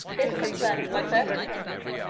this confirmed my first opinion,